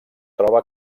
troba